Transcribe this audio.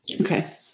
Okay